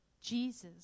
Jesus